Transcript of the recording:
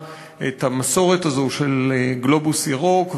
את המסורת הזאת של "הגלובוס הירוק",